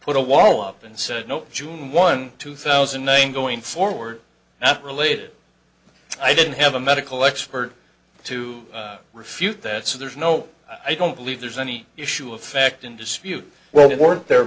put a wall up and said no june one two thousand and nine going forward not related i didn't have a medical expert to refute that so there's no i don't believe there's any issue of fact in dispute well weren't the